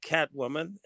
Catwoman